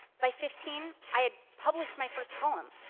by fifteen, i had published my first poem.